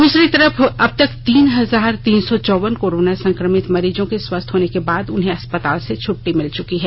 दूसरी तरफ अब तक तीन हजार तीन सौ चौवन कोरोना संकमित मरीजों के स्वस्थ होने के बाद उन्हें अस्पताल से छटटी मिल चकी है